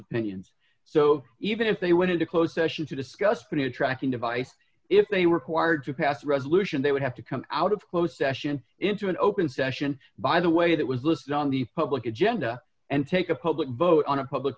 opinions so even if they went into closed session to discuss the new tracking device if they were acquired to pass a resolution they would have to come out of closed session into an open session by the way that was listed on the public agenda and take a public vote on a public